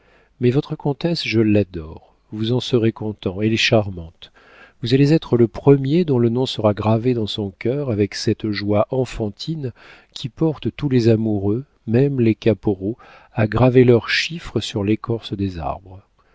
mais votre comtesse je l'adore vous en serez content elle est charmante vous allez être le premier dont le nom sera gravé dans son cœur avec cette joie enfantine qui porte tous les amoureux même les caporaux à graver leur chiffre sur l'écorce des arbres